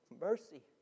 mercy